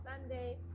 Sunday